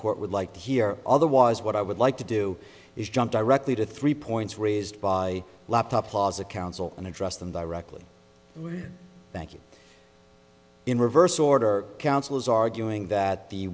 court would like to hear other was what i would like to do is jump directly to three points raised by laptop plaza counsel and address them directly thank you in reverse order counsel's arguing that the